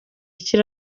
icyo